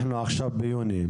אנחנו עכשיו ביוני.